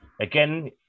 again